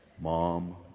Mom